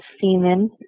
semen